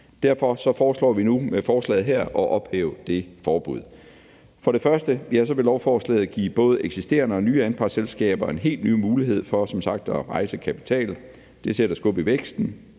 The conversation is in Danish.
Derfor foreslår vi nu med forslaget her at ophæve det forbud. For det første vil lovforslaget give både eksisterende og nye anpartsselskaber helt nye muligheder for som sagt at rejse kapital. Det sætter skub i væksten,